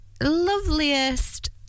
loveliest